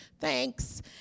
thanks